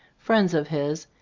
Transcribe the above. friends of his,